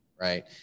right